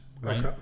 right